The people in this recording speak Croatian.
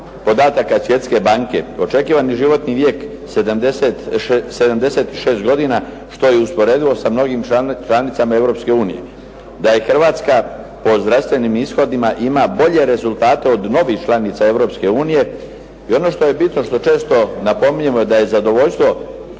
podataka Svjetske banke. Očekivani životni vijek 76 godina, što je usporedivo sa mnogim članicama Europske unije. Da je Hrvatska po zdravstvenim ishodima ima bolje rezultate od mnogih članica Europske unije, i ono što je bitno, što često napominjemo da je zadovoljstvo